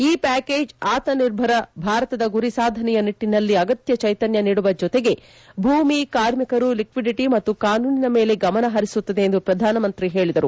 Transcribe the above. ಈ ಪ್ವಾಕೇಜ್ ಆತ್ಲ ನಿರ್ಭರ ಭಾರತದ ಗುರಿ ಸಾಧನೆಯ ನಿಟ್ಟನಲ್ಲಿ ಅಗತ್ಯ ಜೈಶನ್ತ ನೀಡುವ ಜತೆಗೆ ಭೂಮಿ ಕಾರ್ಮಿಕರು ಲಿಕ್ಷಿಡಿಟಿ ಮತ್ತು ಕಾನೂನಿನ ಮೇಲೆ ಗಮನ ಪರಿಸುತ್ತದೆ ಎಂದು ಪ್ರಧಾನಮಂತ್ರಿ ಹೇಳಿದರು